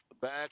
back